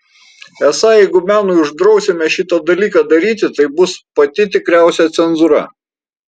esą jeigu menui uždrausime šitą dalyką daryti tai bus pati tikriausia cenzūra